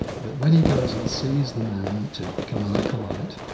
but when he goes and sees the man, to become an acolyte,